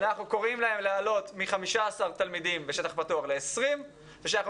אנחנו קוראים להעלות מ-15 תלמידים בשטח פתוח ל-20 תלמידים ואנחנו